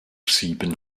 sieben